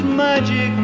magic